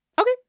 Okay